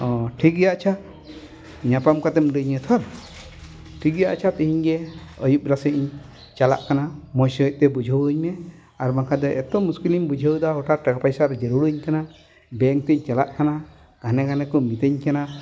ᱚ ᱴᱷᱤᱠ ᱜᱮᱭᱟ ᱟᱪᱪᱷᱟ ᱧᱟᱯᱟᱢ ᱠᱟᱛᱮᱢ ᱞᱟᱹᱭᱟᱹᱧᱟ ᱛᱷᱚ ᱴᱷᱤᱠ ᱜᱮᱭᱟ ᱟᱪᱪᱷᱟ ᱛᱤᱦᱤᱧ ᱜᱮ ᱟᱹᱭᱩᱵ ᱵᱮᱲᱟ ᱥᱮᱫ ᱤᱧ ᱪᱟᱞᱟᱜ ᱠᱟᱱᱟ ᱢᱚᱡᱽ ᱥᱟᱦᱤᱡᱛᱮ ᱵᱩᱡᱷᱟᱹᱣᱟᱹᱧ ᱢᱮ ᱟᱨ ᱵᱟᱝᱠᱷᱟᱱ ᱫᱚ ᱮᱛᱚ ᱢᱩᱥᱠᱤᱞ ᱤᱧ ᱵᱩᱡᱷᱟᱹᱣ ᱮᱫᱟ ᱦᱚᱴᱟᱛ ᱴᱟᱠᱟ ᱯᱚᱭᱥᱟ ᱨᱮ ᱡᱟᱹᱨᱩᱲᱟᱹᱧ ᱠᱟᱱᱟ ᱵᱮᱝᱠ ᱛᱤᱧ ᱪᱟᱞᱟᱜ ᱠᱟᱱᱟ ᱜᱟᱱᱮ ᱜᱷᱟᱱᱮ ᱠᱚ ᱢᱤᱛᱟᱹᱧ ᱠᱟᱱᱟ